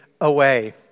away